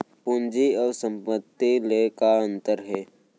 पूंजी अऊ संपत्ति ले का अंतर हे?